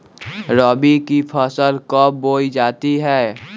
रबी की फसल कब बोई जाती है?